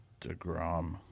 DeGrom